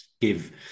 give